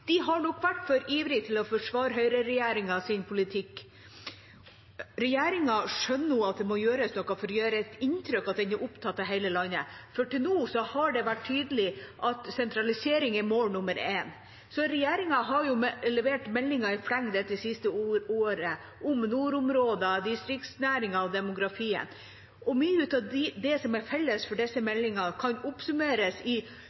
De har nok vært for ivrige etter å forsvare høyreregjeringas politikk. Regjeringa skjønner nå at det må gjøres noe for å gi et inntrykk av at man er opptatt av hele landet – til nå har det vært tydelig at sentralisering er mål nummer én – for regjeringa har jo levert meldinger i fleng det siste året om nordområdene, distriktsnæringene og demografien. Mye som er felles for disse meldingene kan oppsummeres i